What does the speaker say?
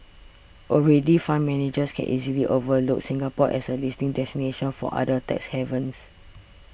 already fund managers can easily overlook Singapore as a listing destination for other tax havens